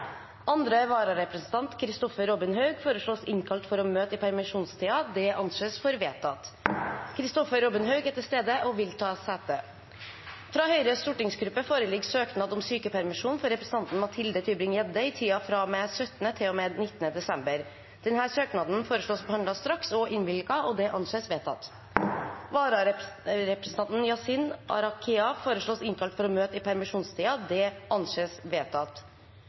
Andre vararepresentant, Kristoffer Robin Haug , innkalles for å møte i permisjonstiden. Kristoffer Robin Haug er til stede og vil ta sete. Fra Høyres stortingsgruppe foreligger søknad om sykepermisjon for representanten Mathilde Tybring-Gjedde i tiden fra og med 17. til og med 19. desember. Etter forslag fra presidenten ble enstemmig besluttet: Søknaden behandles straks og innvilges. Vararepresentanten, Yassine Arakia , innkalles for å møte i